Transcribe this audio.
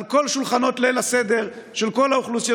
על כל שולחנות ליל הסדר של כל האוכלוסיות